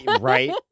right